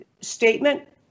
statement